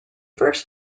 first